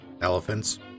Elephants